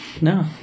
No